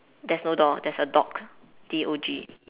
there's no door there's a dog D O G